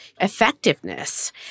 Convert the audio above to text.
effectiveness